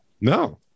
No